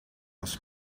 was